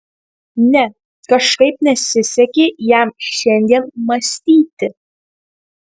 ne kažkaip nesisekė jam šiandien mąstyti